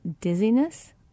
dizziness